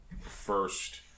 first